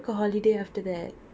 june last year